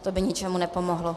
To by ničemu nepomohlo.